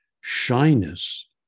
shyness